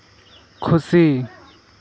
ᱠᱷᱩᱥᱤ